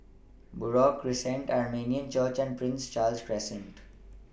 Buroh Crescent Armenian Church and Prince Charles Crescent